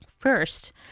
First